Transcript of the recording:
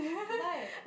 what